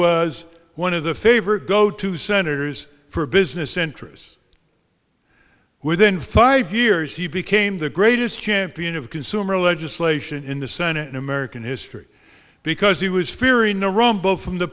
was one of the favored go to senators for business interests within five years he became the greatest champion of consumer legislation in the senate in american history because he was fearing a rumble from the